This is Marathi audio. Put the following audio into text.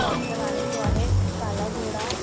महोत्सव आहे तो आहे काला घोडा